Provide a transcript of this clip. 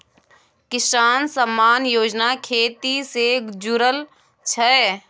किसान सम्मान योजना खेती से जुरल छै